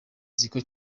nziko